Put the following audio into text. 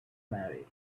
marry